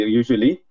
usually